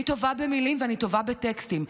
אני טובה במילים ואני טובה בטקסטים.